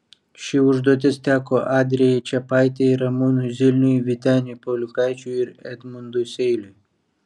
ši užduotis teko adrijai čepaitei ramūnui zilniui vyteniui pauliukaičiui ir edmundui seiliui